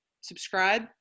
subscribe